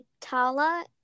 Tala